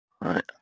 Right